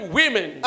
women